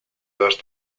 dos